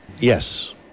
Yes